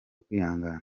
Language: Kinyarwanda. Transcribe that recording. kwihangana